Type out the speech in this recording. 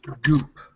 goop